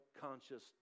conscious